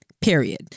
period